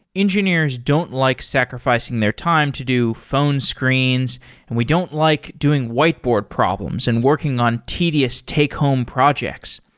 engineers don't like sacrificing their time to do phone screens and we don't like doing whiteboard problems and working on tedious take-home projects.